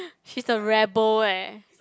she's a rabble eh